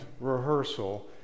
rehearsal